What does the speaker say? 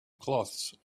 cloths